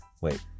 Wait